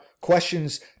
questions